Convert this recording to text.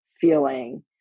feeling